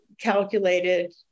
calculated